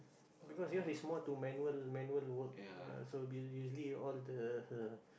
because yours is more to manual manual work ya will be usually is all the